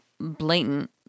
blatant